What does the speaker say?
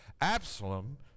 Absalom